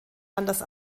anders